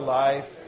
life